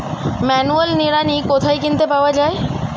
Manual নিড়ানি কোথায় কিনতে পাওয়া যায়?